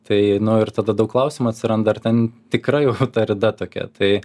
tai nu ir tada daug klausimų atsiranda ar ten tikra jau ta rida tokia tai